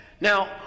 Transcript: Now